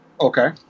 okay